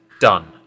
done